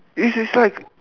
eh she's like